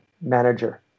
manager